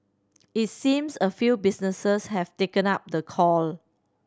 it seems a few businesses have taken up the call